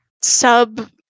sub